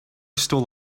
stole